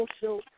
social